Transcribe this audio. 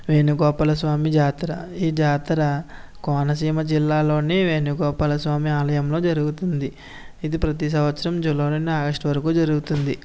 వేణుగోపాలస్వామి జాతర ఈ జాతర కోనసీమ జిల్లాలోనే వేణుగోపాలస్వామి ఆలయంలో జరుగుతుంది ఇది ప్రతిసంవత్సరం జూలై నుండి ఆగష్టు వరకు జరుగుతుంది